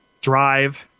drive